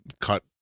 cut